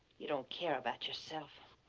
you don't care about yourself,